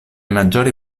maggiori